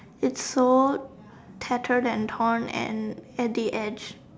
it so tattered and torn and at the edge